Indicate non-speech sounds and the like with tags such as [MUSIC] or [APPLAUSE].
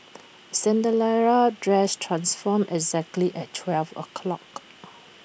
[UNINTELLIGIBLE] dress transformed exactly at twelve o'clock